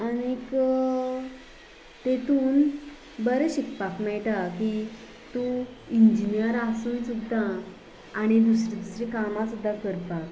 आनीक तेतून बरें शिकपाक मेळटा की तूं इंजिनीयर आसून सुद्दां आनी दुसरी दुसरी कामां सुद्दां करपाक